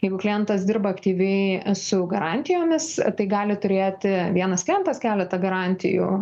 jeigu klientas dirba aktyviai su garantijomis tai gali turėti vienas klientas keletą garantijų